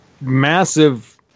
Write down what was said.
massive